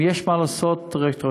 אם יש מה לעשות רטרואקטיבית